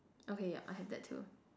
okay yup I have that too